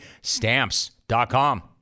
stamps.com